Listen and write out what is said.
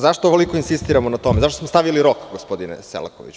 Zašto ovoliko insistiramo na tome, zašto smo stavili rok, gospodine Selakoviću?